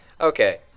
Okay